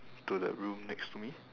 to the room next to me